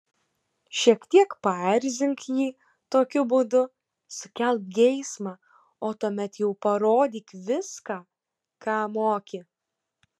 šiek tiek paerzink jį tokiu būdu sukelk geismą o tuomet jau parodyk viską ką moki